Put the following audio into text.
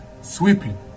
sweeping